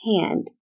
hand